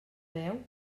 veu